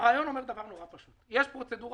הרעיון הוא פשוט מאוד: יש פרוצדורה